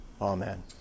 Amen